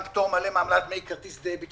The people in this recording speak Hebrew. פטור מלא מעמלת דמי כרטיס דביט,